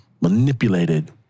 manipulated